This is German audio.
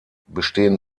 bestehen